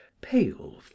pale